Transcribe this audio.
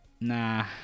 nah